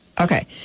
Okay